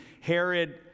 Herod